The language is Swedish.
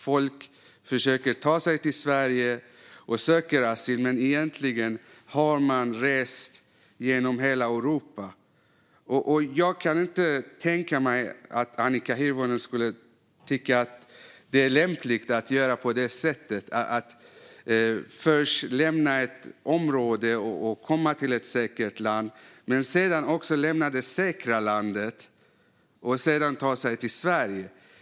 Folk tar sig till Sverige och söker asyl här fast de har rest genom hela Europa, och jag kan inte tänka mig att Annika Hirvonen tycker att det är lämpligt att man först lämnar ett område för ett säkert land och sedan lämnar det säkra landet för att ta sig till Sverige.